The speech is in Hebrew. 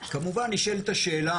כמובן נשאלת השאלה,